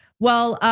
well,